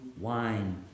wine